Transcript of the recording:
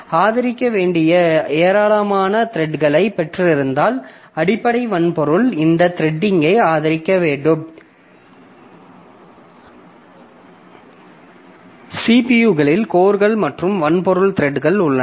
ஆதரிக்க வேண்டிய ஏராளமான த்ரெட்களைப் பெற்றிருந்தால் அடிப்படை வன்பொருள் இந்த த்ரெடிங்கை ஆதரிக்க வேண்டும் CPU களில் கோர்கள் மற்றும் வன்பொருள் த்ரெட்கள் உள்ளன